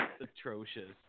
atrocious